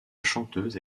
chanteuse